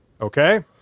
okay